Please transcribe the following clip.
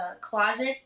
closet